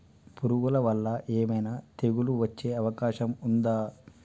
పురుగుల వల్ల ఏమైనా తెగులు వచ్చే అవకాశం ఉందా?